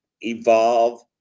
evolve